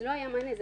לא היה מענה,